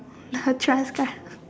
the trust car